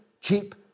cheap